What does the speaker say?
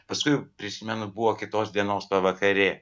paskui prisimenu buvo kitos dienos pavakarė